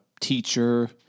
teacher